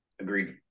Agreed